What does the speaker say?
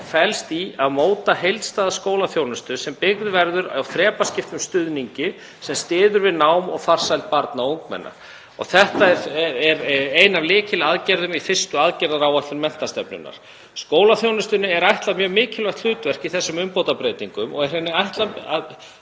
felst í að móta heildstæða skólaþjónustu sem byggð verður á þrepaskiptum stuðningi sem styður við nám og farsæld barna og ungmenna. Þetta er ein af lykilaðgerðum í fyrstu aðgerðaáætlun menntastefnunnar. Skólaþjónustunni er ætlað mjög mikilvægt hlutverk í þessum umbótabreytingum og er henni ætlað að